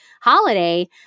holiday